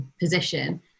position